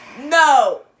no